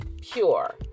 pure